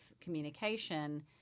communication